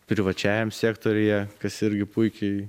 privačiajam sektoriuje kas irgi puikiai